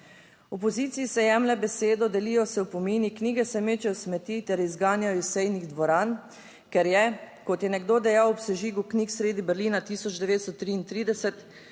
Opoziciji se jemlje besedo, delijo se opomini, knjige se mečejo smeti ter izganjajo iz sejnih dvoran, ker je, kot je nekdo dejal ob sežigu knjig sredi Berlina 1933,